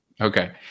Okay